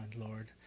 Lord